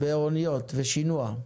באוניות ושינוע?